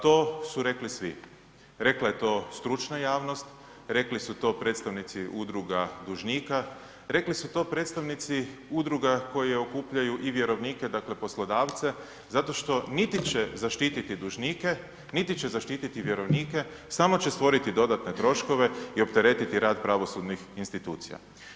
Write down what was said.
To su rekli svi, rekla je to stručna javnost, rekli su to predstavnici udruga dužnika, rekli su to predstavnici udruga koji okupljaju i vjerovnika, dakle poslodavce zato što niti će zaštiti dužnike, niti će zaštititi vjerovnike, samo će stvoriti dodatne troškove i opteretiti rad pravosudnih institucija.